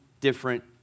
different